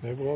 Det